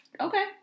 Okay